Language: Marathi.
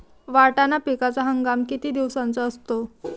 वाटाणा पिकाचा हंगाम किती दिवसांचा असतो?